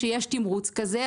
שיש תמרוץ כזה,